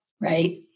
Right